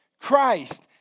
Christ